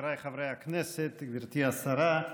חבריי חברי הכנסת, גברתי השרה,